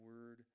word